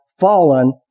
fallen